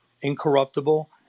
incorruptible